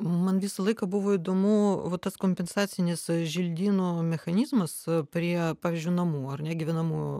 man visą laiką buvo įdomu va tas kompensacinis želdynų mechanizmas prie pavyzdžiui namų ar ne gyvenamų